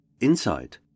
Inside